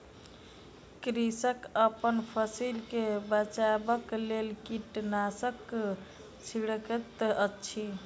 कृषक अपन फसिल के बचाबक लेल कीटनाशक छिड़कैत अछि